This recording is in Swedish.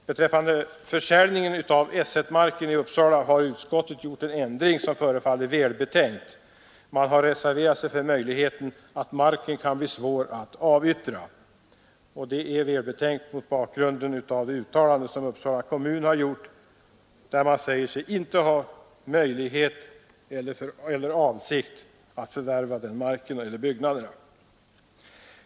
Beträffande försäljning av S 1-marken i Uppsala har utskottet gjort en ändring som förefaller välbetänkt. Man har reserverat sig för möjligheten att marken kan bli svår att avyttra. Det är välbetänkt mot bakgrund av de uttalanden som Uppsala kommun har gjort om att man inte har möjlighet eller avsikt att förvärva marken eller byggnaderna.